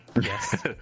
Yes